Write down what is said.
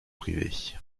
privée